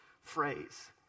phrase